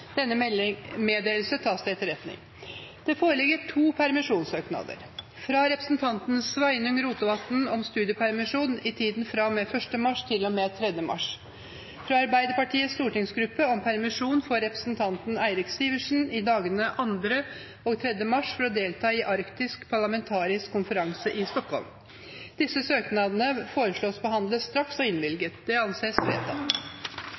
Denne meddelelse tas til etterretning. Det foreligger to permisjonssøknader: fra representanten Sveinung Rotevatn om studiepermisjon i tiden fra og med 1. mars til og med 3. mars fra Arbeiderpartiets stortingsgruppe om permisjon for representanten Eirik Sivertsen i dagene 2. og 3. mars for å delta i arktisk parlamentarisk konferanse i Stockholm Etter forslag fra presidenten ble enstemmig besluttet: Søknadene behandles straks og